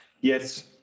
Yes